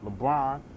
LeBron